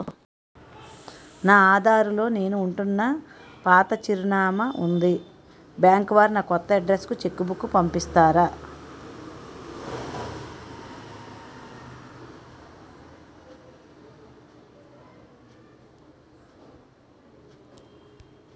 నా ఆధార్ లో నేను ఉంటున్న పాత చిరునామా వుంది బ్యాంకు వారు నా కొత్త అడ్రెస్ కు చెక్ బుక్ పంపిస్తారా?